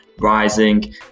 rising